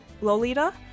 Lolita